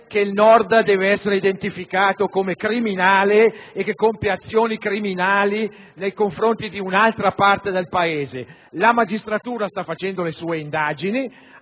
che il Nord debba essere identificato come criminale o che compie azioni illegali nei confronti di un'altra parte del Paese. La magistratura sta svolgendo le sue indagini